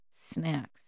snacks